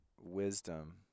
wisdom